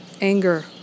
anger